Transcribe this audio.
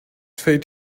fällt